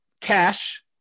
Cash